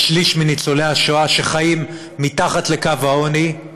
ששליש מניצולי השואה חיים מתחת לקו העוני,